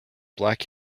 black